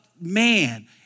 man